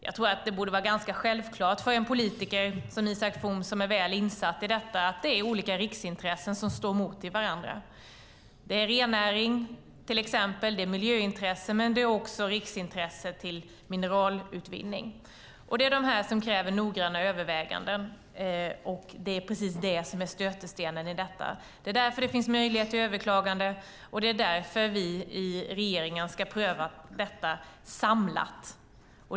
Jag tycker att det borde vara ganska självklart för en politiker som Isak From, som är väl insatt i detta, att det är olika riksintressen som står mot varandra. Det är till exempel rennäring och miljöintressen, men det är också riksintresset av mineralutvinning. Detta kräver noggranna överväganden, och det är det som är stötestenen i detta. Det är därför det finns möjlighet till överklagande, och det är därför vi i regeringen ska pröva detta samlat.